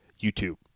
YouTube